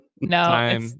no